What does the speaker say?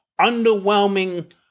underwhelming